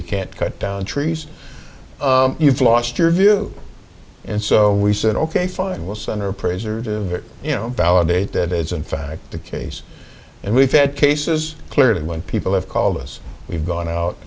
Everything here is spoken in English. you can't cut down trees you've lost your view and so we said ok fine we'll send her appraisers you know validate that it's in fact the case and we've had cases cleared and when people have called us we've gone out